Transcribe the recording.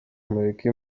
mureke